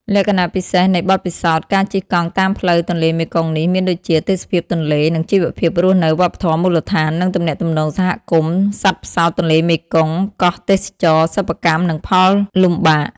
លក្ខណៈពិសេសនៃបទពិសោធន៍ការជិះកង់តាមផ្លូវទន្លេមេគង្គនេះ មានដូចជា ទេសភាពទន្លេ និងជីវភាពរស់នៅ វប្បធម៌មូលដ្ឋាន និងទំនាក់ទំនងសហគមន៍ សត្វផ្សោតទន្លេមេគង្គ កោះទេសចរណ៍ សិប្បកម្ម និងផលវិលំបាក។